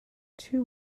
two